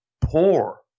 poor